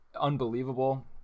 unbelievable